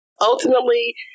Ultimately